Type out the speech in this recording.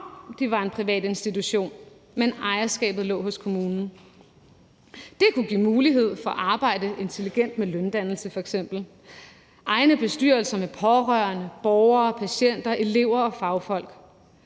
de var en privat institution, men ejerskabet lå hos kommunen? Det kunne give mulighed for f.eks. at arbejde intelligent med løndannelse, for egne bestyrelser med pårørende, borgere, patienter, elever og fagfolk,